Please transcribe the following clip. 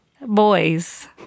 Boys